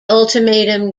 ultimatum